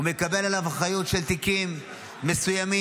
מקבל עליו אחריות של תיקים מסוימים,